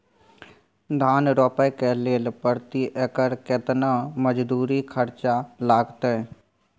धान रोपय के लेल प्रति एकर केतना मजदूरी खर्चा लागतेय?